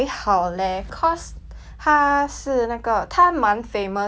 他是那个他蛮 famous 的 but then when we went right